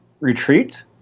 retreat